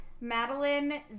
Madeline